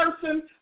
person